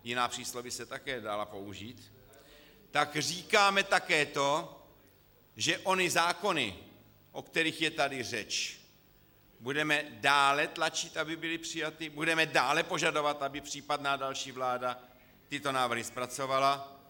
jiná přísloví by se také dala použít , tak říkáme také to, že ony zákony, o kterých je tady řeč, budeme dále tlačit, aby byly přijaty, budeme dále požadovat, aby případná další vláda tyto návrhy zpracovala.